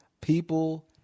People